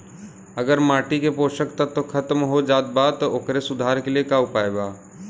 अगर माटी के पोषक तत्व खत्म हो जात बा त ओकरे सुधार के लिए का उपाय बा?